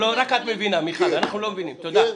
רק את מבינה מיכל, אנחנו לא מבינים, תודה.